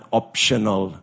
optional